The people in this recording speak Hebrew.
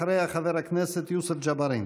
אחריה, חבר הכנסת יוסף ג'בארין.